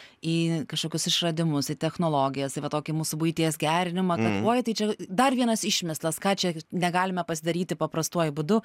į kažkokius išradimus į technologijas į va tokį mūsų buities gerinimą kad oi tai čia dar vienas išmestas ką čia negalime pasidaryti paprastuoju būdu